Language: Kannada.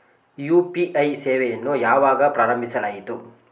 ಯು.ಪಿ.ಐ ಸೇವೆಯನ್ನು ಯಾವಾಗ ಪ್ರಾರಂಭಿಸಲಾಯಿತು?